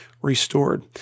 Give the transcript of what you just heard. restored